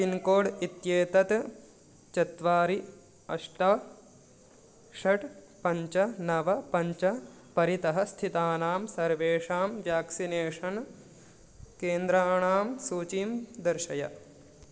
pincode इत्येतत् चत्वारि अष्ट षट् पञ्च नव पञ्च परितः स्थितानां सर्वेषां व्याक्सिनेषन् केन्द्राणां सूचीं दर्शय